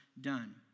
done